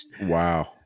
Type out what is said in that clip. Wow